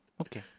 okay